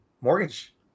mortgage